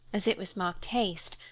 as it was marked haste.